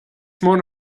mór